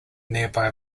nearby